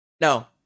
No